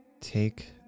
Take